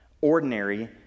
ordinary